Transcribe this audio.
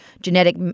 genetic